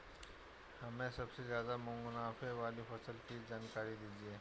हमें सबसे ज़्यादा मुनाफे वाली फसल की जानकारी दीजिए